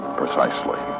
precisely